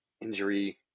injury